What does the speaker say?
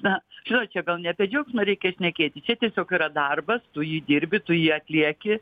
na žinot čia gal ne apie džiaugsmą reikia šnekėti čia tiesiog yra darbas tu jį dirbi tu jį atlieki